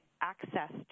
access